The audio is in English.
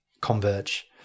converge